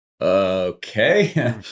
okay